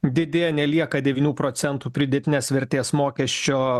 didėja nelieka devynių procentų pridėtinės vertės mokesčio